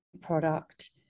product